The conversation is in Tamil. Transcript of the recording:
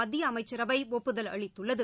மத்திய அமைச்சரவை ஒப்புதல் அளித்துள்ளது